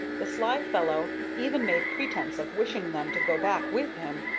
the sly fellow even made pretence of wishing them to go back with him,